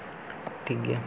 ᱴᱷᱤᱠ ᱜᱮᱭᱟ